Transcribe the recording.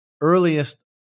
earliest